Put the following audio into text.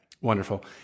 wonderful